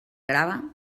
grava